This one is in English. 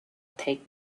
take